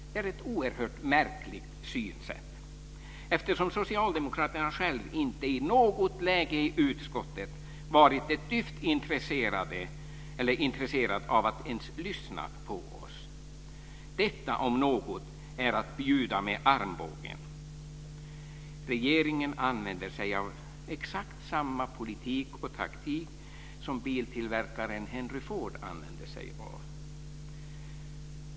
Det är ett oerhört märkligt synsätt, eftersom socialdemokraterna själva inte i något läge i utskottet varit ett dyft intresserade av att ens lyssna på oss. Detta om något är att bjuda med armbågen. Regeringen använder sig av exakt samma politik och taktik som biltillverkaren Henry Ford använde sig av.